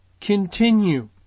continue